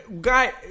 Guy